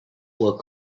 will